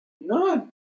None